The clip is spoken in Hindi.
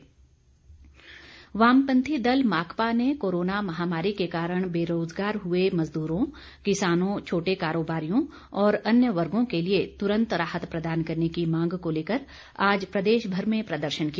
सीपीएम वामपंथी दल माकपा ने कोरोना महामारी के कारण बेरोजगार हुए मजदूरों किसानों छोटे कारोबारियों और अन्य वर्गों के लिए तुरन्त राहत प्रदान करने की मांग को लेकर आज प्रदेश भर में प्रदर्शन किया